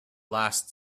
last